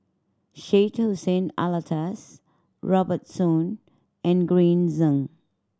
Syed Hussein Alatas Robert Soon and Green Zeng